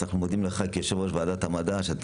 אנחנו מודים לך כיושב ראש ועדת המדע שאתה